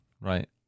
right